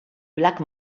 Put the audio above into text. black